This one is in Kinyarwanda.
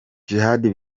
djihad